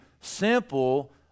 simple